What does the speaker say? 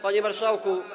Panie Marszałku!